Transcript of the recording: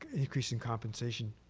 increasing compensation.